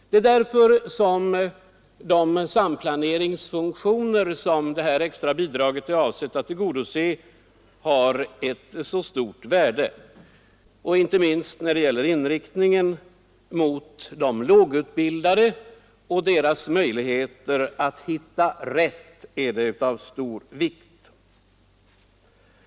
Det är därför som de samplaneringsfunktioner som det extra bidraget är avsett att tillgodose har ett så stort värde. Dessa är inte minst av stor vikt när det gäller de lågutbildades möjligheter att hitta rätt på detta område.